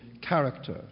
character